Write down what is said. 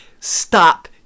stop